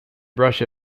brush